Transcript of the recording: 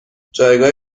جایگاه